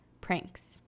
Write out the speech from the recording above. pranks